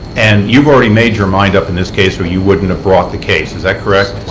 and you have already made your mind up in this case or you wouldn't have brought the case. is that correct?